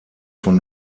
von